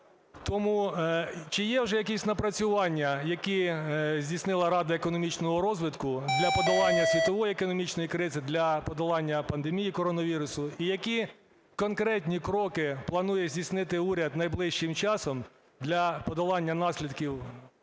Тому, чи є вже якісь напрацювання, які здійснила Рада економічного розвитку, для подолання світової економічної кризи, для подолання пандемії коронавірусу? І які конкретні кроки планує здійснити уряд найближчим часом для подолання наслідків